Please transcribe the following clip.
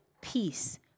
peace